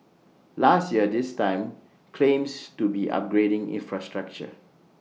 last year this time claims to be upgrading infrastructure